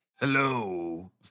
Hello